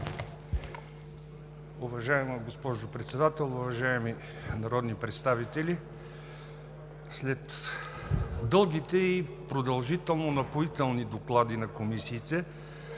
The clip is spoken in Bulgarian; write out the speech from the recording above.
Уважаема госпожо Председател, уважаеми народни представители! След дългите и продължително напоителни доклади на комисиите,